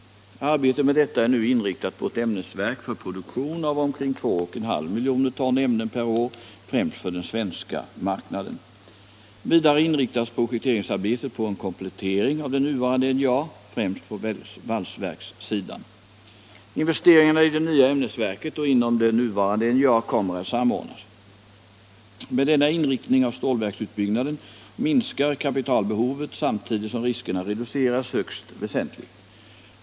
Arbetet med detta är nu inriktat på ett ämnesverk för produktion av omkring 2,5 miljoner ton ämnen per år främst för den svenska marknaden. Vidare inriktas projekteringsarbetet på en komplettering av det nuvarande NJA, främst på valsverkssidan. Investeringarna i det nya ämnesverket och inom det nuvarande NJA kommer att samordnas. Med denna inriktning av stålverksutbyggnaden minskar kapitalbehovet samtidigt som riskerna reduceras högst väsentligt.